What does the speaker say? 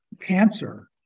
cancer